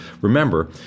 Remember